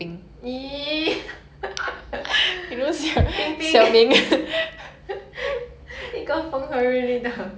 !ee! 冰冰 一个风和日丽的